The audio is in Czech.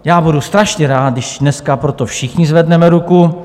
Já budu strašně rád, když dneska pro to všichni zvedneme ruku.